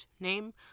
name